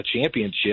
championship